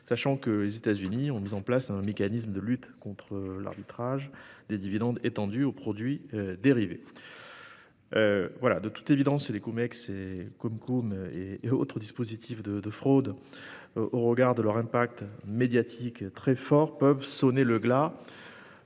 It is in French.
sachant que les États-Unis ont mis en place un mécanisme de lutte contre l'arbitrage des dividendes étendu aux produits dérivés. De toute évidence, les CumEx, les CumCum et autres dispositifs de fraude, au regard de leurs répercussions médiatiques très fortes, peuvent sonner le glas